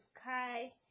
sky